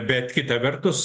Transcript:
bet kita vertus